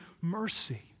mercy